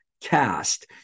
cast